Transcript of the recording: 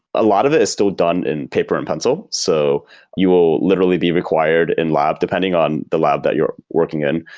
a lot of it is still done in paper and pencil. so you will literally be required in lab depending on the lab that you're working in,